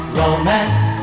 romance